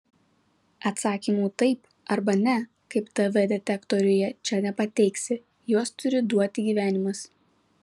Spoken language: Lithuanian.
atsakymų taip arba ne kaip tv detektoriuje čia nepateiksi juos turi duoti gyvenimas